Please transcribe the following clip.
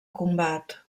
combat